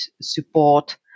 support